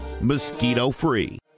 mosquito-free